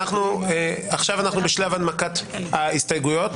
עכשיו בשלב הנמקת ההסתייגויות.